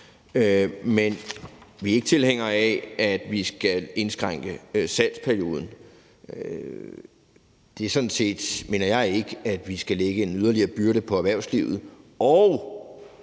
men vi er ikke tilhængere af, at vi skal indskrænke salgsperioden. Jeg mener sådan set ikke, at vi skal lægge en yderligere byrde på erhvervslivet